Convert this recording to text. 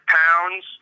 pounds